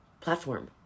platform